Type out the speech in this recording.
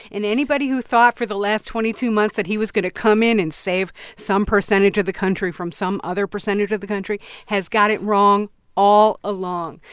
and anybody who thought for the last twenty two months that he was going to come in and save some percentage of the country from some other percentage of the country has got it wrong all along.